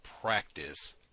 practice